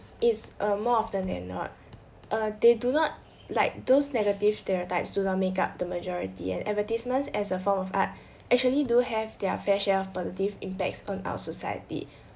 is err more often than not err they do not like those negative stereotypes do not make up the majority and advertisements as a form of art actually do have their fair share of positive impacts on our society